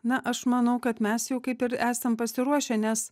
na aš manau kad mes jau kaip ir esam pasiruošę nes